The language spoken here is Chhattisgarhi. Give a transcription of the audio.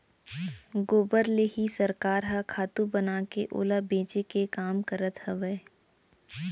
गोबर ले ही सरकार ह खातू बनाके ओला बेचे के काम करत हवय